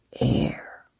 air